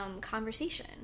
conversation